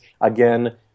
Again